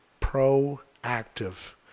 proactive